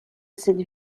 cette